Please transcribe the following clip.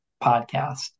Podcast